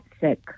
sick